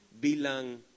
Bilang